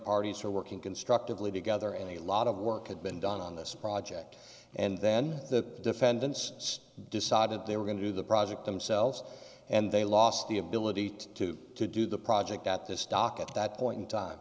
parties are working constructively together and a lot of work had been done on this project and then the defendants decided they were going to do the project themselves and they lost the ability to to do the project at this dock at that point in time